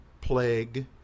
plague